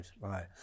right